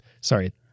Sorry